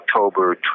October